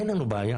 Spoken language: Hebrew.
אין לנו בעיה.